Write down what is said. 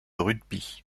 rugby